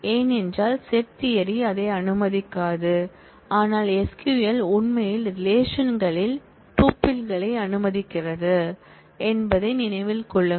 ஏனென்றால் set theory அதை அனுமதிக்காது ஆனால் SQL உண்மையில் ரிலேஷன்களில் டூப்ளிகேட் அனுமதிக்கிறது என்பதை நினைவில் கொள்ளுங்கள்